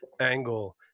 angle